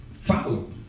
Follow